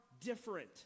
different